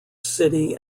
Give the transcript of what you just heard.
city